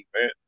man